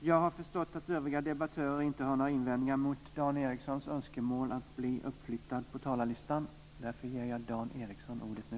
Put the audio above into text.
Jag har förstått att övriga debattörer inte har några invändningar mot Dan Ericssons önskemål att bli uppflyttad på talarlistan. Därför ger jag Dan Ericsson ordet nu.